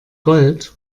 gold